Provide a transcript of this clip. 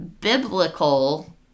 biblical